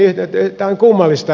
mutta tämä on kummallista